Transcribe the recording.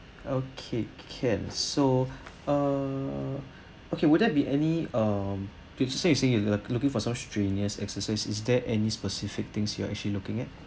okay can so uh okay would there be any um so you're looking for some strenuous exercise is there any specific things you are actually looking at